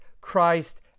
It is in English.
Christ